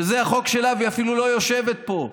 שזה החוק שלה והיא אפילו לא יושבת פה.